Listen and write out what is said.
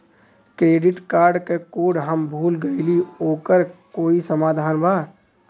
Credit card क code हम भूल गइली ओकर कोई समाधान बा?